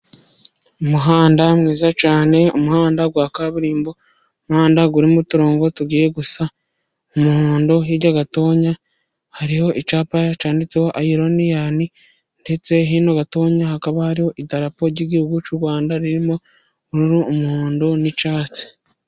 Umuhanda mwiza cyane, umuhanda wa kaburimbo. Umuhanda urimo uturongo tugiye gusa umuhondo. Hirya gatoya, hariho icyapa cyanditseho "Ayironiyani". Ndetse hino gatoya, hakaba hariho idarapo ry'igihugu cy'u Rwanda ririmo ubururu, umuhondo n’icyatsi.